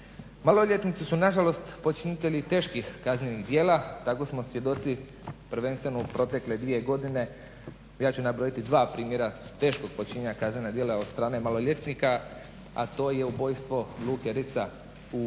Maloljetnici su nažalost počinitelji teških kaznenih djela, tako smo svjedoci prvenstveno u protekle 2 godine, ja ću napraviti 2 primjera teškog počinjenja kaznenog dijela od strane maloljetnika, a to je ubojstvo Luke Ritza u